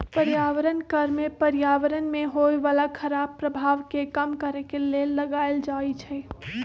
पर्यावरण कर में पर्यावरण में होय बला खराप प्रभाव के कम करए के लेल लगाएल जाइ छइ